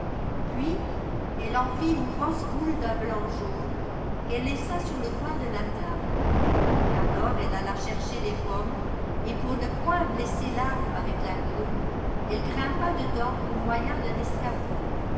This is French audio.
puis elle en fit une grosse boule d'un blanc jaune qu'elle laissa sur le coin de la table alors elle alla chercher les pommes et pour ne point blesser l'arbre avec la gaule elle grimpa dedans au moyen d'un escabeau